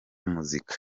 muzika